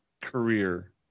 career